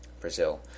Brazil